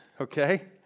okay